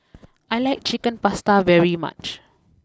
I like Chicken Pasta very much